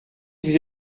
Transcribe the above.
vous